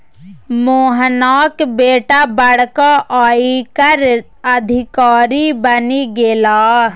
मोहनाक बेटा बड़का आयकर अधिकारी बनि गेलाह